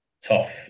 tough